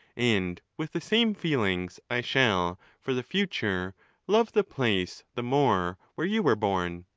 and with the same feelings, i shall for the future love the place the more where you were born.